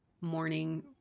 morning